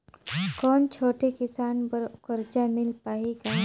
कौन छोटे किसान बर कर्जा मिल पाही ग?